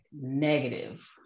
negative